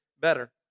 better